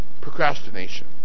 procrastination